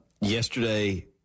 Yesterday